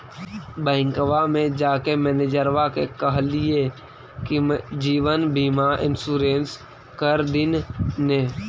बैंकवा मे जाके मैनेजरवा के कहलिऐ कि जिवनबिमा इंश्योरेंस कर दिन ने?